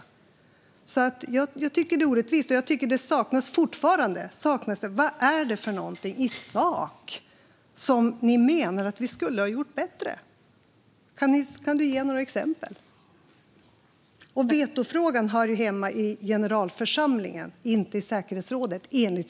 Jag tycker som sagt att det är orättvist, och fortfarande saknas det vad det är i sak ni menar att vi skulle ha gjort bättre. Kan du ge några exempel, Kerstin Lundgren? Vetofrågan hör enligt FN-stadgan hemma i generalförsamlingen, inte i säkerhetsrådet.